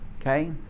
Okay